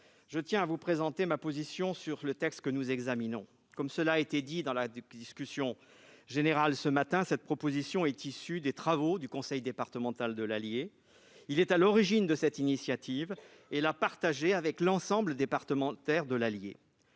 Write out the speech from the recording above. je tiens à vous présenter ma position sur le texte que nous examinons. Comme cela a été rappelé lors de la discussion générale, cette proposition de loi est issue des travaux du conseil départemental de l'Allier, lequel est à l'origine de cette initiative et l'a partagée avec l'ensemble des parlementaires du